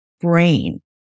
brain